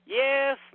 yes